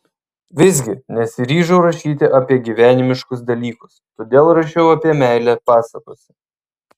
visgi nesiryžau rašyti apie gyvenimiškus dalykus todėl rašiau apie meilę pasakose